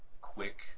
quick